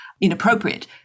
inappropriate